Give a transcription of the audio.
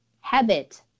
habit